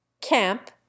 Camp